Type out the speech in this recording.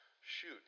Shoot